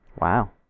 Wow